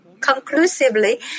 Conclusively